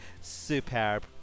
superb